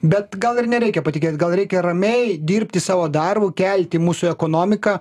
bet gal ir nereikia patikėt gal reikia ramiai dirbti savo darbų kelti mūsų ekonomiką